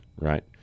right